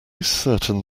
certain